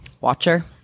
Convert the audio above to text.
watcher